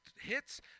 hits